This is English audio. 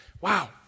Wow